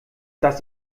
das